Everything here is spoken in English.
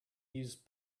use